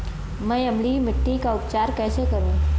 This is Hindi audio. मैं अम्लीय मिट्टी का उपचार कैसे करूं?